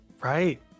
Right